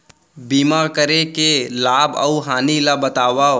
बीमा करे के लाभ अऊ हानि ला बतावव